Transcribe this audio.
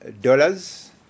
dollars